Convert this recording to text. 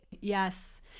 Yes